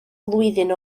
flwyddyn